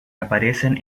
aparecen